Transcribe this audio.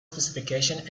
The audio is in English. specification